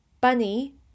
Bunny